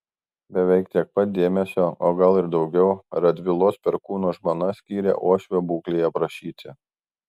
beveik tiek pat dėmesio o gal ir daugiau radvilos perkūno žmona skyrė uošvio būklei aprašyti